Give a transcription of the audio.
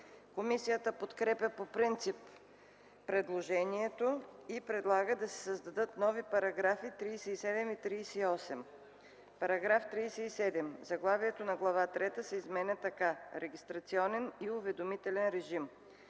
Комисията подкрепя по принцип предложението и предлага да се създадат нови § 37 и 38: „§ 37. Заглавието на глава трета се изменя така: „Регистрационен и уведомителен режим”.